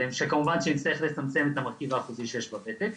כמובן שזה יצטרך לצמצם את המרכיב האחוזי שיש בוותק.